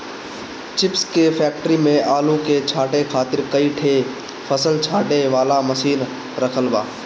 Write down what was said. chips के factory में आलू के छांटे खातिर कई ठे फसल छांटे वाला मशीन रखल बा